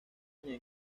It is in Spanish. españa